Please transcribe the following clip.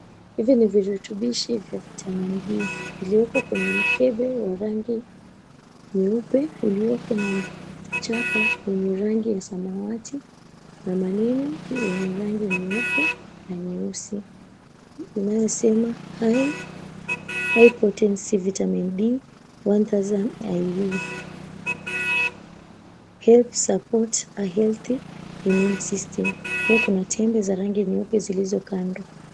Hivi ni virutubishi vya Vitamin D viliyoko kwenye mkebe wa rangi nyeupe ulioko na chapa yenye rangi ya samawati na maneno yenye rangi nyeupe na nyeusi inayosema High Potency Vitamin D 1000 IU Help Support a Healthy Immune System. Pia kuna tembe za rangi nyeupe zilizo kando.